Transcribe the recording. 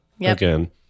again